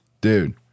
dude